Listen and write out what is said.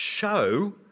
show